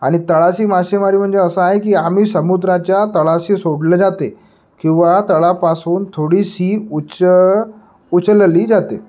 आणि तळाशी मासेमारी म्हणजे असं आहे की आम्ही समुद्राच्या तळाशी सोडलं जाते किंवा तळापासून थोडीशी उच्च उचलली जाते